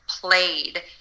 played